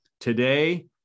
today